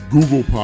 Google